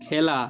খেলা